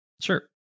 Sure